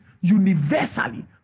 universally